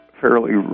fairly